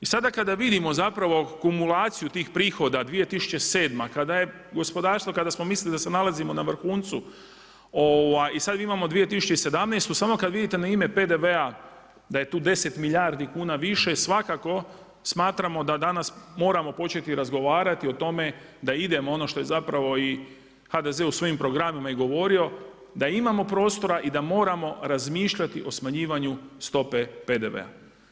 I sada kada vidimo zapravo kumulaciju tih prihoda 2007. kada je gospodarstvo, kada smo mislili da se nalazimo na vrhuncu i sad imamo 2017. samo kada vidite na ime PDV-a da je tu 10 milijardi kuna više svakako smatramo da danas moramo početi razgovarati o tome da idemo ono što je zapravo i HDZ u svojim programima i govorio da imamo prostora i da moramo razmišljati o smanjivanju stope PDV-a.